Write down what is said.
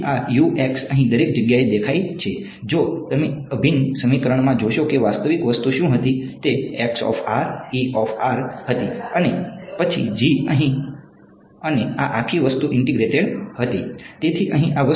તેથી આ અહીં દરેક જગ્યાએ દેખાય છે જો તમે અભિન્ન સમીકરણમાં જોશો કે વાસ્તવિક વસ્તુ શું હતી તે હતી અને પછી અહીં અને આ આખી વસ્તુ ઇંટેગ્રેટેડ હતી